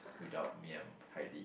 without me and kylie